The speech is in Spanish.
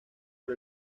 por